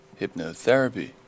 hypnotherapy